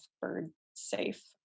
bird-safe